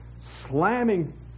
slamming